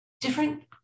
Different